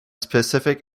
specific